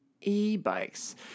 E-bikes